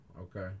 okay